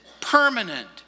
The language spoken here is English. permanent